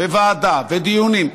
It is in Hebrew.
בוועדה, בדיונים,